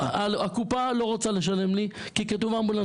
הקופה לא רוצה לשלם לי כי כתוב אמבולנס